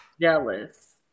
jealous